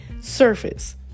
surface